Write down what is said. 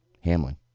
Hamlin